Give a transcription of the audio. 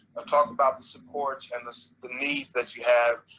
i'm talking about the supports, and the so the needs that you have,